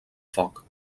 foc